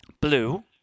Blue